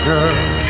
Girl